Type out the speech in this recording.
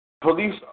Police